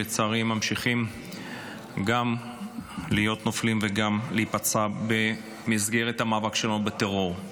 שלצערי ממשיכים גם להיות נופלים וגם להיפצע במסגרת המאבק שלנו בטרור.